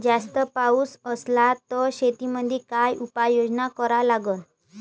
जास्त पाऊस असला त शेतीमंदी काय उपाययोजना करा लागन?